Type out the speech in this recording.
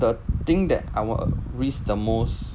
the thing that I will risk the most